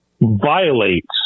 violates